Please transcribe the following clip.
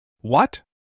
What